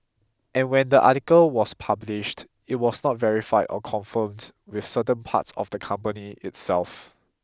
and when the article was published it was not verified or confirmed with certain parts of the company itself